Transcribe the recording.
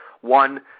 one